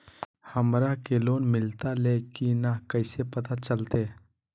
हमरा के लोन मिलता ले की न कैसे पता चलते?